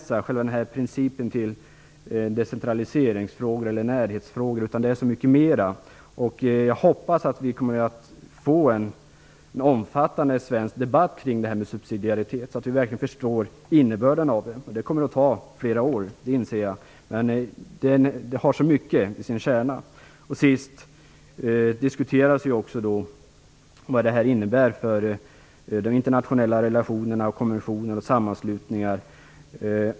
Vi får inte begränsa principen till decentraliseringsfrågor eller närhetsfrågor. Den innehåller så mycket mer. Jag hoppas att vi kommer att få en omfattande svensk debatt kring detta med subsidiaritet så att vi verkligen förstår innebörden av det. Jag inser att det kommer att ta flera år, men principen har så mycket i sin kärna. Det diskuteras ju också vad detta innebär för de internationella relationerna och för konventioner och sammanslutningar.